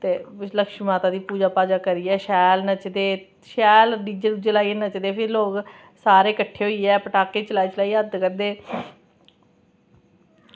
ते लक्ष्मी माता दी पूजा करियै शैल नचदे ते शैल डीजे लाइयै नच्चदे लोग सारे किट्ठे होइयै पटाखे चलाई चलाई हद्द करदे